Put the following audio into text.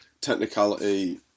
Technicality